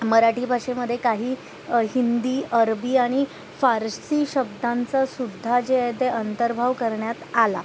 मराठी भाषेमध्ये काही हिंदी अरबी आणि फारसी शब्दांचासुद्धा जे आहे ते अंतर्भाव करण्यात आला